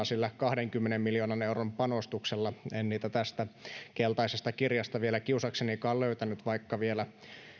sillä kahdenkymmenen miljoonan euron panostuksella en niitä tästä keltaisesta kirjasta vielä kiusaksenikaan löytänyt vaikka vielä